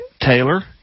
taylor